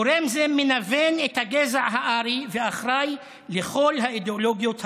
גורם זה מנוון את הגזע הארי ואחראי לכל האידיאולוגיות הפסולות,